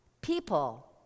people